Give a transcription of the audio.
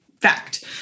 fact